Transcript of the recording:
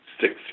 six